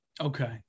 Okay